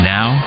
Now